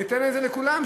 ניתן את זה לכולם,